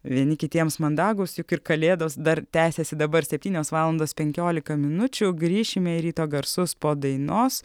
vieni kitiems mandagūs juk ir kalėdos dar tęsiasi dabar septynios valandos penkiolika minučių grįšime į ryto garsus po dainos